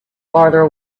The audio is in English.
farther